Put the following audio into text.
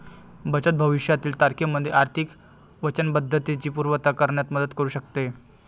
बचत भविष्यातील तारखेमध्ये आर्थिक वचनबद्धतेची पूर्तता करण्यात मदत करू शकते